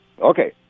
Okay